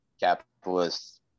capitalist